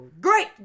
great